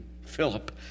Philip